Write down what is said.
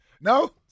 No